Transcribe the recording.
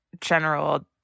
general